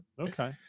Okay